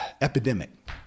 epidemic